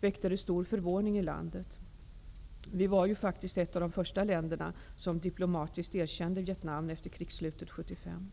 väckte det stor förvåning i landet. Sverige var faktiskt ett av de första länder som diplomatiskt erkände Vietnam efter krigsslutet 1975.